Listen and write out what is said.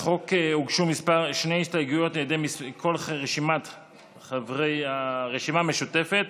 לחוק הוגשו שתי הסתייגויות על ידי כל חברי הרשימה המשותפת,